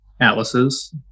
atlases